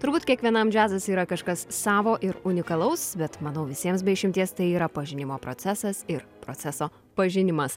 turbūt kiekvienam džiazas yra kažkas savo ir unikalaus bet manau visiems be išimties tai yra pažinimo procesas ir proceso pažinimas